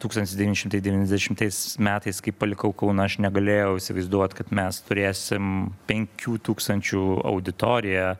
tūkstantis devyni šimtai devyniasdešimtais metais kai palikau kauną aš negalėjau įsivaizduot kad mes turėsim penkių tūkstančių auditoriją